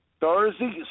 Thursday